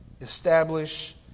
establish